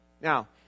Now